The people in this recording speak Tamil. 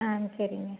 ஆ சரிங்க